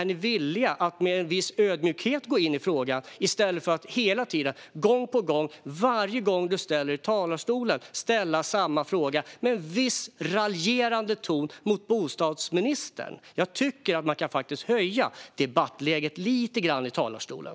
Är ni villiga att med en viss ödmjukhet gå in i frågan i stället för att hela tiden, gång på gång, ställa samma fråga, med en viss raljerande ton, till bostadsministern? Jag tycker att man kan höja debattnivån lite grann i talarstolen.